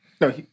No